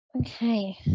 okay